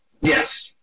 Yes